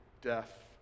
death